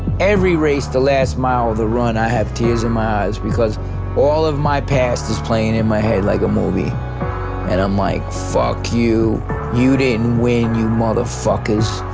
every race the last mile of the run i have tears in my eyes because all of my past is playing in my head like a movie and i'm like fuck you you didn't win you motherfuckers,